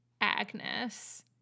Agnes